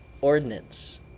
ordinance